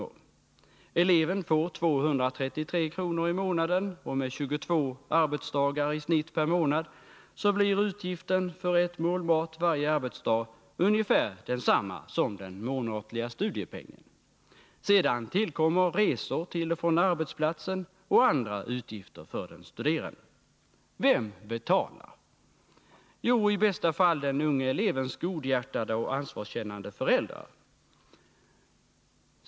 Eleven får 233 kr. i månaden, och med i genomsnitt 22 arbetsdagar per månad blir utgiften för ett mål mat varje arbetsdag ungefär densamma per månad som den månatliga studiepengen. Sedan tillkommer resor till och från arbetsplatsen och andra utgifter för den studerande. Vem betalar? Jo, i bästa fall den unge elevens godhjärtade och ansvarskännande föräldrar.